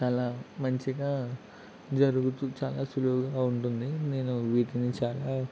చాల మంచిగా జరుగుతు చాల సులువుగా ఉంటుంది నేను వీటిని చాల